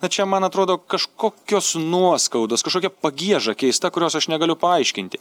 na čia man atrodo kažkokios nuoskaudos kažkokia pagieža keista kurios aš negaliu paaiškinti